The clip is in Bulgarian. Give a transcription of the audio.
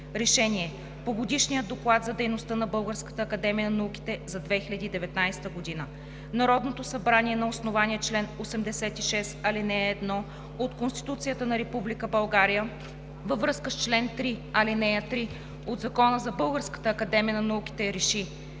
РЕШЕНИЕ по Годишния доклад за дейността на Българската академия на науките за 2019 г. Народното събрание на основание чл. 86, ал. 1 от Конституцията на Република България във връзка с чл. 3, ал. 3 от Закона за Българската академия на науките РЕШИ: